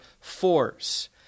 force